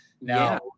Now